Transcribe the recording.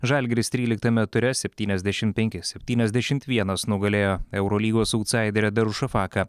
žalgiris tryliktame ture septyniasdešim penki septyniasdešimt vienas nugalėjo eurolygos autsaiderę darušafaką